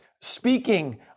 speaking